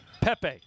Pepe